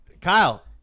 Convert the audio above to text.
Kyle